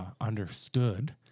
Understood